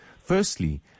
Firstly